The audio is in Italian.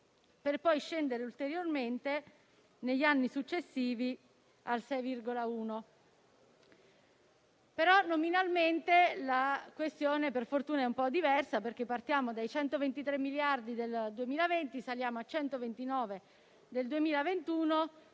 per poi scendere ulteriormente al 6,1 negli anni successivi. Nominalmente però la questione per fortuna è un po' diversa, perché partiamo da 123 miliardi nel 2020, saliamo a 129 miliardi